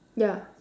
ya